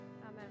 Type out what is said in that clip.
Amen